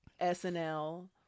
snl